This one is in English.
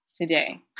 today